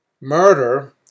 Murder